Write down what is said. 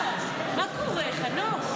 איזו חוצפה ממדרגה ראשונה.